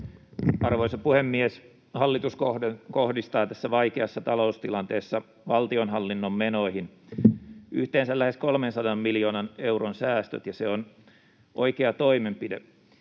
Arvoisa puhemies! Hallitus kohdistaa tässä vaikeassa taloustilanteessa valtionhallinnon menoihin yhteensä lähes 300 miljoonan euron säästöt, ja se on oikea toimenpide.